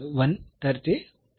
तर ते होईल